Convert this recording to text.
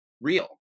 real